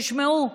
תשמעו,